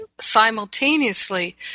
simultaneously